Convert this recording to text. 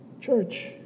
church